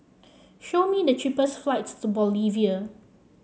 show me the cheapest flights to Bolivia